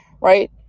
right